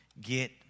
Get